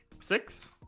six